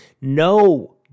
No